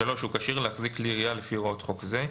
(3)הוא כשיר להחזיק כלי ירייה לפי הוראות חוק זה,